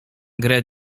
grę